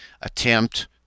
attempt